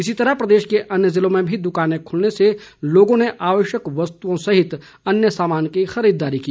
इसी तरह प्रदेश के अन्य ज़िलों में भी दुकाने खुलने से लोगों ने आवश्यक वस्तुओं सहित अन्य सामान की खरीददारी की